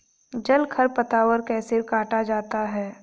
जल खरपतवार कैसे काटा जाता है?